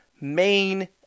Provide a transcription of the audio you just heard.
main